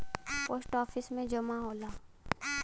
post office में जमा होला